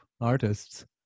artists